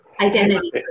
identity